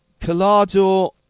Collado